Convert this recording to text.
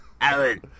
Alan